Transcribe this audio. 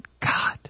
God